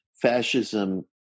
fascism